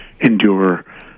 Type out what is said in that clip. endure